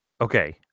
Okay